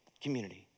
community